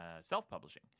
self-publishing